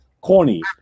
corny